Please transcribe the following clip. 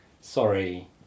sorry